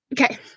Okay